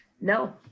No